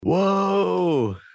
Whoa